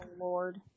Lord